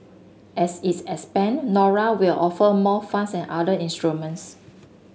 as is expand Nora will offer more funds and other instruments